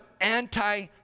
anti